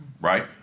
right